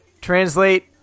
translate